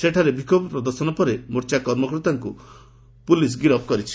ସେଠାରେ ବିକ୍ଷୋଭ ପ୍ରଦର୍ଶନ ପରେ ମୋର୍ଚା କର୍ମକର୍ତାଙ୍କୁ ପୁଲିସ୍ ଗିରଫ କରିଛି